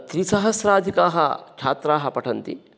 त्रिसहस्राधिकाः छात्राः पठन्ति